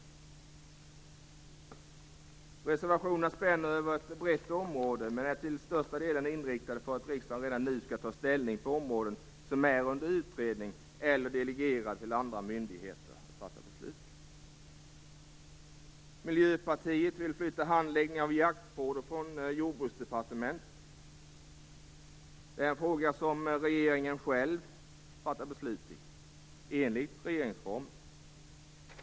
Reservationerna spänner över ett brett område men är till största delen inriktade på att riksdagen redan nu skall ta ställning på områden som är under utredning eller delegerade till andra myndigheter. Miljöpartiet vill flytta handläggningen av jaktfrågor från Jordbruksdepartementet. Det är en fråga som regeringen själv fattar beslut om enligt regeringsformen.